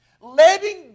Letting